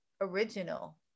original